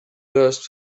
dust